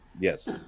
Yes